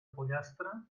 pollastre